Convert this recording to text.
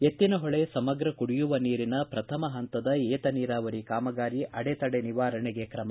ಎತ್ತಿನಹೊಳೆ ಸಮಗ್ರ ಕುಡಿಯುವ ನೀರಿನ ಪ್ರಥಮ ಪಂತದ ಏತನೀರಾವರಿ ಕಾಮಗಾರಿ ಅಡೆತಡೆ ನಿವಾರಣೆಗೆ ್ರಮ